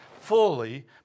fully